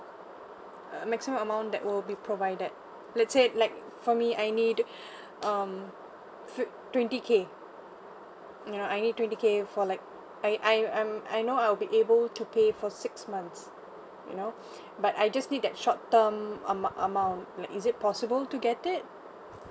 uh maximum amount that will be provided let's say like for me I need um fre~ twenty K ya I need twenty K for like I I um I know I'll be able to pay for six months you know but I just need that short term am~ amount like is it possible to get it